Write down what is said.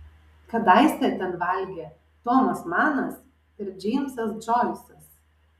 kadaise ten valgė tomas manas ir džeimsas džoisas